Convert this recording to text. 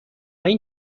این